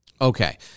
Okay